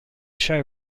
show